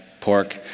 pork